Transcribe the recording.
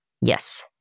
Yes